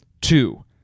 Two